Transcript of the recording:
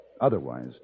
Otherwise